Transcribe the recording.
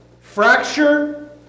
fracture